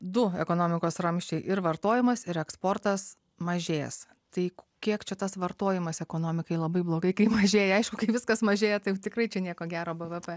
du ekonomikos ramsčiai ir vartojimas ir eksportas mažės tai kiek čia tas vartojimas ekonomikai labai blogai kai mažėja aišku kai viskas mažėja tai tikrai čia nieko gero bvp